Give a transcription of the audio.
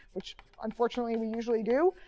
which unfortunately we usually do.